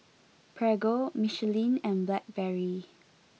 Prego Michelin and Blackberry